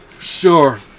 Sure